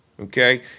okay